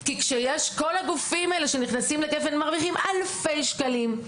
כל הגופים האלה שנכנסים לגפ"ן מרוויחים אלפי שקלים,